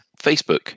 Facebook